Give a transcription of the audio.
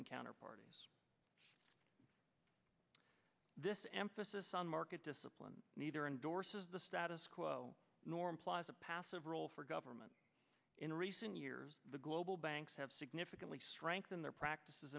and counter parties this emphasis on market discipline neither endorses the status quo nor implies a passive role for government in recent years the global banks have significantly strengthened their practices